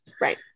Right